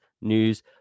news